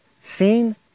seen